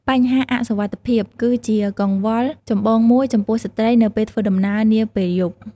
បញ្ហាអសុវត្ថិភាពគឺជាកង្វល់ចម្បងមួយចំពោះស្ត្រីនៅពេលធ្វើដំណើរនាពេលយប់។